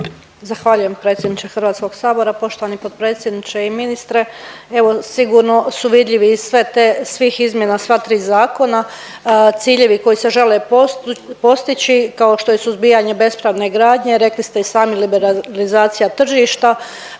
Zahvaljujem predsjedniče Hrvatskog sabora, poštovani potpredsjedniče i ministre. Evo sigurno su vidljivi i sve te, svih izmjena sva tri zakona. Ciljevi koji se žele postići kao što je suzbijanje bespravne gradnje rekli ste i sami liberalizacija tržišta.